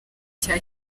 cya